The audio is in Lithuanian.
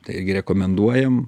tai irgi rekomenduojam